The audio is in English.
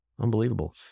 Unbelievable